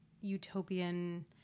utopian